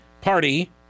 Party